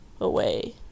away